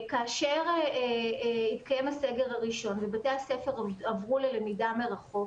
כאשר התקיים הסגר הראשון ובתי הספר עברו ללמידה מרחוק,